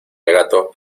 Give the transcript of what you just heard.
gato